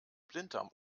blinddarm